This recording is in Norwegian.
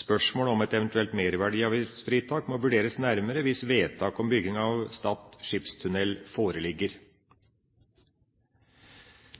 spørsmålet om et eventuelt merverdiavgiftsfritak må vurderes nærmere hvis vedtak om bygging av Stad skipstunnel foreligger.